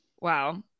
Wow